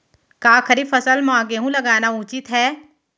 का खरीफ फसल म गेहूँ लगाना उचित है?